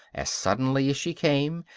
as suddenly as she came,